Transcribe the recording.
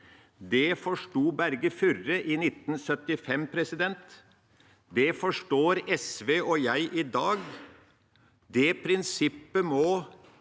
Det forsto Berge Furre i 1975. Det forstår SV og jeg i dag. Det prinsippet må